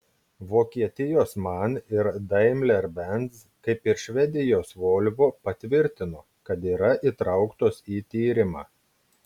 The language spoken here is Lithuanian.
vokietijos man ir daimler benz kaip ir švedijos volvo patvirtino kad yra įtrauktos į tyrimą